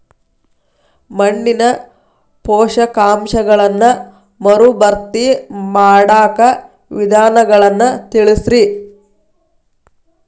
ಮಣ್ಣಿನ ಪೋಷಕಾಂಶಗಳನ್ನ ಮರುಭರ್ತಿ ಮಾಡಾಕ ವಿಧಾನಗಳನ್ನ ತಿಳಸ್ರಿ